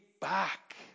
back